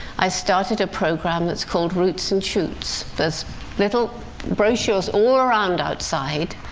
i started a program that's called roots and shoots. there's little brochures all around outside,